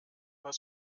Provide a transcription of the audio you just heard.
was